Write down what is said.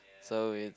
so it's